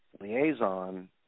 liaison